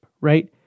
right